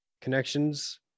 connections